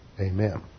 Amen